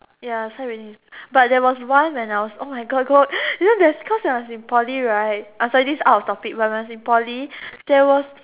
ya try already but there once when I was oh my god go you know there's cause I was in Poly right oh sorry this is out of topic but when I was in Poly there was